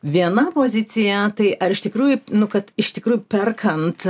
viena pozicija tai ar iš tikrųjų nu kad iš tikrųjų perkant